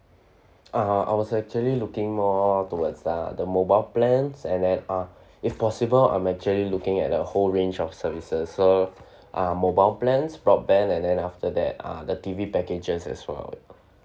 ah I was actually looking more towards uh the mobile plans and then uh if possible I'm actually looking at the whole range of services so ah mobile plans broadband and then after that ah the T_V packages as well